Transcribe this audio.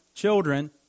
children